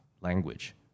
language